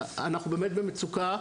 אנחנו באמת במצוקה.